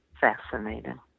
fascinating